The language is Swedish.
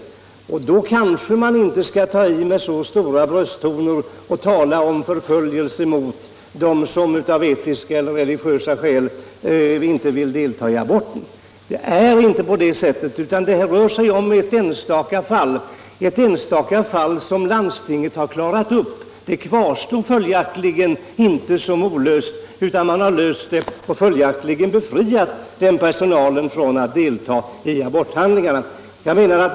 Då kanske man inte skall ta till så starka brösttoner och tala om förföljelse mot dem som av etiska eller religiösa skäl inte vill delta i aborter. Det rör sig här om ett enstaka fall, som landstinget dessutom har klarat upp. Det kvarstod följaktligen inte som olöst. Fallet är löst, och den här personalen har befriats från att delta i abortingrepp.